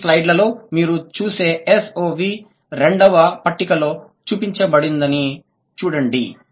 ఈ స్లైడ్లలో మీరు చూసే SOV రెండవ పట్టికలో చూపబడినది చూడండి